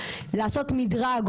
לעשות מדרג,